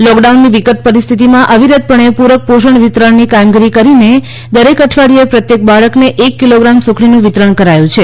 લૉકડાઉનની વિકટ પરિસ્થિતિમાં અવિરતપણે પૂરક પોષણ વિતરણની કામગીરી કરીને દરેક અઠવાડિયે પ્રત્યેક બાળકને એક કિલોગ્રામ સુખડીનું વિતરણ કરાયું છે